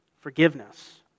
forgiveness